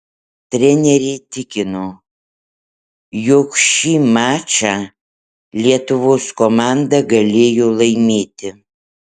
trenerė tikino jog šį mačą lietuvos komanda galėjo laimėti